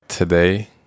Today